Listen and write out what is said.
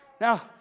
Now